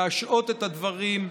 להשהות את הדברים,